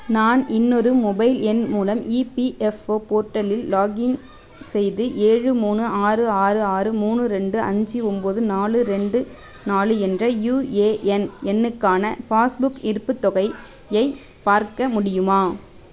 நான் இன்னொரு மொபைல் எண் மூலம் இபிஎஃப்ஓ போர்ட்டலில் லாகின் செய்து ஏழு மூணு ஆறு ஆறு ஆறு மூணு ரெண்டு அஞ்சு ஒம்போது நாலு ரெண்டு நாலு என்ற யுஏஎன் எண்ணுக்கான பாஸ்புக் இருப்புத் தொகையை பார்க்க முடியுமா